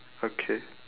okay